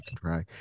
try